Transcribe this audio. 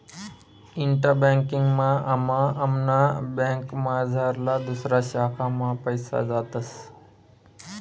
इंटा banking मा आमना बँकमझारला दुसऱा शाखा मा पैसा जातस